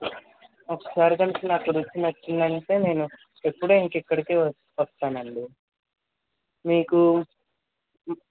ఒకసారి కనుక నాకు రుచి నచ్చిందంటే నేను ఎప్పుడు ఇంక ఇక్కడికే వస్తా వస్తానండీ మీకు